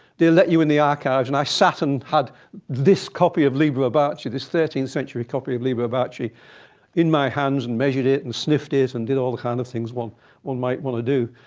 they'll let you in the archives. and i sat and had this copy of liber abaci, this thirteenth century copy of liber abaci in my hands, and measured it, and sniffed it, and did all kinds of things one might want to do.